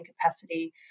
capacity